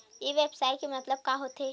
ई व्यवसाय के मतलब का होथे?